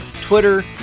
Twitter